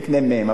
נקנה מהם,